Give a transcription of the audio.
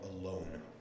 Alone